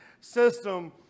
system